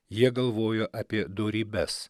jie galvojo apie dorybes